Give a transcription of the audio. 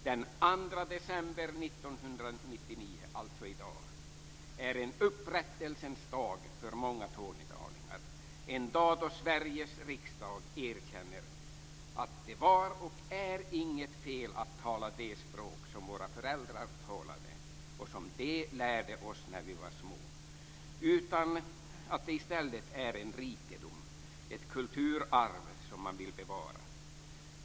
Den 2 december 1999 är en upprättelsens dag för många tornedalingar. Det är en dag då Sveriges riksdag erkänner att det var och är inget fel att tala det språk som våra föräldrar talade och som de lärde oss när vi var små, utan det är i stället en rikedom, ett kulturarv som man vill bevara.